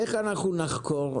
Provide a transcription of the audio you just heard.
איך נחקור?